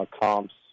comps